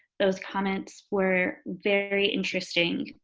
those comments were very interesting.